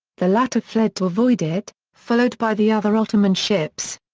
the latter fled to avoid it, followed by the other ottoman ships.